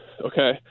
Okay